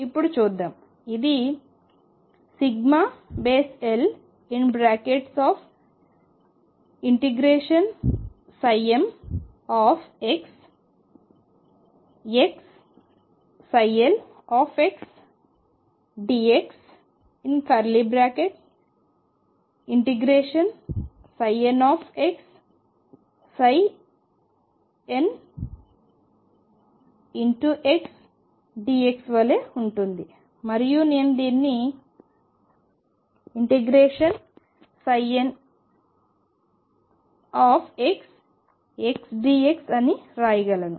ఇప్పుడు చూద్దాం ఇది l∫mxxldx∫nxxnxdx వలె ఉంటుంది మరియు నేను దీన్ని∫nxxdx అని రాయగలను